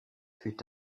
fut